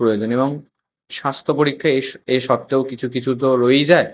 প্রয়োজন এবং স্বাস্থ্য পরীক্ষা এসব সত্ত্বেও কিছু কিছু তো রয়েই যায়